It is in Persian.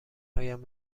هایم